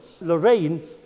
Lorraine